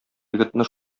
егетне